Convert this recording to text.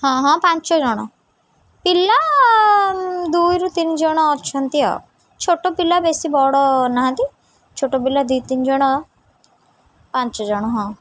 ହଁ ହଁ ପାଞ୍ଚ ଜଣ ପିଲା ଦୁଇରୁ ତିନି ଜଣ ଅଛନ୍ତି ଆଉ ଛୋଟ ପିଲା ବେଶୀ ବଡ଼ ନାହାନ୍ତି ଛୋଟ ପିଲା ଦୁଇ ତିନି ଜଣ ପାଞ୍ଚ ଜଣ ହଁ